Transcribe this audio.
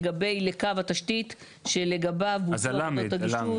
לגבי לקו התשתית שלגביו בוצעו עבודות הגישוש".